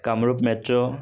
Kamrup metro